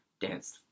dance